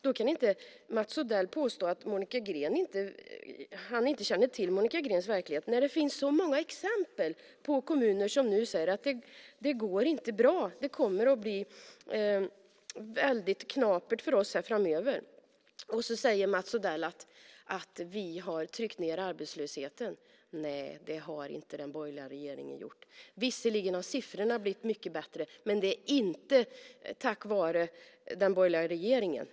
Då kan inte Mats Odell påstå att han inte känner till Monica Greens verklighet när det finns så många exempel på kommuner som nu säger att det inte går bra och att det kommer att bli väldigt knapert framöver. Mats Odell säger: Vi har tryckt ned arbetslösheten. Nej, det har inte den borgerliga regeringen gjort! Visserligen har siffrorna blivit mycket bättre, men det är inte tack vare den borgerliga regeringen.